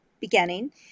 beginning